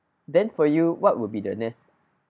then for you what would be the nest